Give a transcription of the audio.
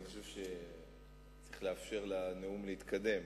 אני חושב שצריך לאפשר לנאום להתקדם,